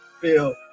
feel